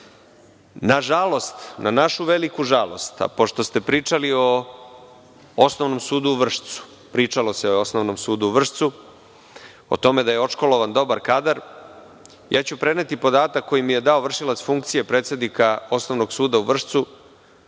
zadire. Nažalost, na našu veliku žalost, a pošto ste pričali o Osnovnom sudu u Vršcu, pričalo se o Osnovnom sudu u Vršcu, o tome da je odškolovan dobar kadar, preneću podatak koji mi je dao vršilac funkcije predsednika Osnovnog suda u Vršcu,